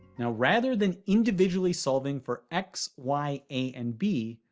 now rather than individually solving for x, y, a, and b,